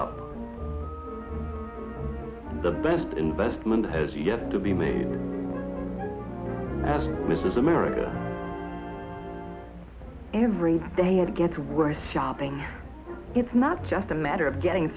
up the best investment has yet to be made as this is america every day it gets worse shopping it's not just a matter of getting